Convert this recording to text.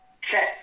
Check